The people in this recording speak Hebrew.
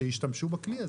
ישתמשו בלי הזה.